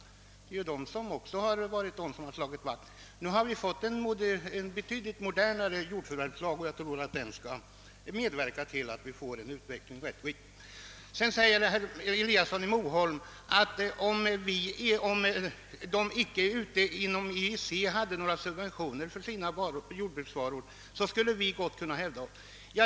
Centerpartiet har ju också slagit vakt om den lagen. Nu har vi emellertid fått en betydligt modernare jordförvärvslag, och jag tror att den skall medverka till en utveckling i rätt riktning. Vidare säger herr Eliasson i Moholm att om man inte i EEC hade några subventioner för jordbruksvaror, skulle vi mycket väl kunna hävda oss.